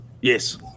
yes